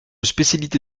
spécialité